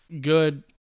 good